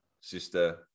sister